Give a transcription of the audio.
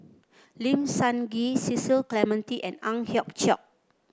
Lim Sun Gee Cecil Clementi and Ang Hiong Chiok